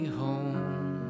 home